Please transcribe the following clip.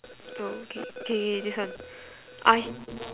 oh okay this one I